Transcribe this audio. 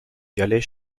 galets